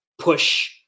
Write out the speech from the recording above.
push